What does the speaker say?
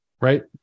Right